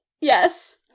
Yes